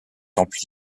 entre